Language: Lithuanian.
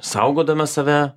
saugodama save